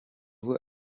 ubu